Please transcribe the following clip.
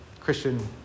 Christian